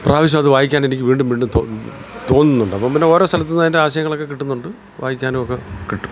പ്രാവശ്യം അതു വായിക്കാൻ എനിക്ക് വീണ്ടും വീണ്ടും തോന്നുന്നു തോന്നുന്നുണ്ട് അപ്പം പിന്നെ ഓരോ സ്ഥലത്തു നിന്ന് അതിൻ്റെ ആശയങ്ങളൊക്കെ കിട്ടുന്നുണ്ട് വായിക്കാനുമൊക്കെ കിട്ടും